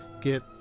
get